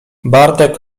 bartek